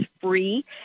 free